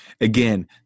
Again